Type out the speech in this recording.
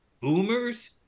boomers